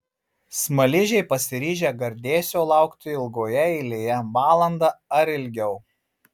smaližiai pasiryžę gardėsio laukti ilgoje eilėje valandą ar ilgiau